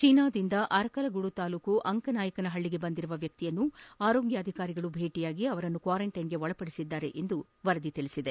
ಚೀನಾದಿಂದ ಅರಕಲಗೂಡು ತಾಲೂಕಿನ ಅಂಕನಾಯಕನ ಹಳ್ಳಿಗೆ ಬಂದಿರುವ ವ್ಯಕ್ತಿಯನ್ನು ಆರೋಗ್ಯ ಅಧಿಕಾರಿಗಳು ಭೇಟಿ ಮಾಡಿ ಅವರನ್ನು ಕ್ವಾರಂಟೈನ್ಗೆ ಒಳಪಡಿಸಿದ್ದಾರೆ ಎಂದು ವರದಿಯಾಗಿದೆ